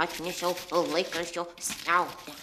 atnešiau laikraščio skiautę